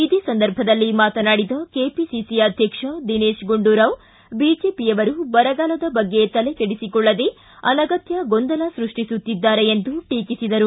ಇದೇ ಸಂದರ್ಭದಲ್ಲಿ ಮಾತನಾಡಿದ ಕೆಪಿಸಿಸಿ ಅಧ್ಯಕ್ಷ ದಿನೇತ್ ಗುಂಡೂರಾವ್ ಬಿಜೆಪಿಯವರು ಬರಗಾಲದ ಬಗ್ಗೆ ತಲೆಕೆಡಿಸಿಕೊಳ್ಳದೇ ಅನಗತ್ಯ ಗೊಂದಲ ಸೃಷ್ಟಿಸುತ್ತಿದ್ದಾರೆ ಎಂದು ಟೀಕಿಸಿದರು